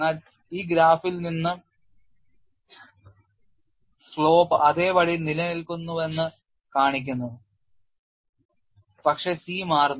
എന്നാൽ ഈ ഗ്രാഫിൽ നിന്ന് ചരിവ് അതേപടി നിലനിൽക്കുന്നുവെന്ന് കാണിക്കുന്നു പക്ഷേ C മാറുന്നു